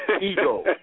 Ego